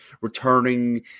returning